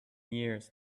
years